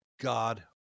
God